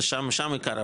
שם עיקר הבעיה.